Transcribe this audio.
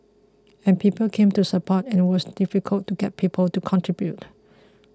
and people came to support and it was difficult to get people to contribute